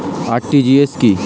RTGS কি?